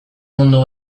mundu